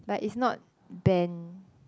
but it's not band